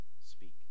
speak